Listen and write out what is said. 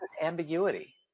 ambiguity